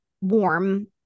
warm